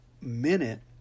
minute